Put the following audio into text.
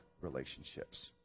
relationships